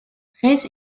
დღეს